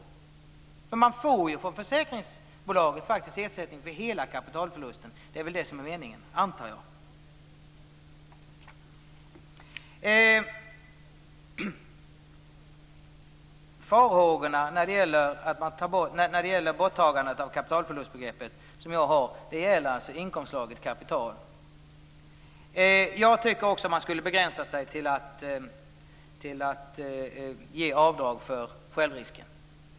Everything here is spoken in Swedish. Man får ju faktiskt ersättning från försäkringsbolaget för hela kapitalförlusten. Det är väl det som är meningen, antar jag. De farhågor jag har när det gäller borttagande av kapitalförlustbegreppet gäller alltså inkomstslaget kapital. Jag tycker också att man skall begränsa sig till att ge avdrag för självrisken.